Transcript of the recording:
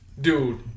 dude